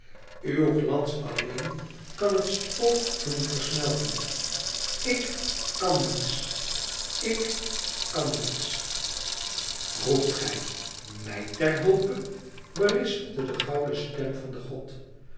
uw glans alleen kan het spook doen versmelten ik kan niets ik kan niets roept ge mij ter hulpe berispte de gouden stem van den god